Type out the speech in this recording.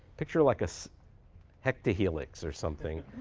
picture like a so hecta helix or something,